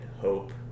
hope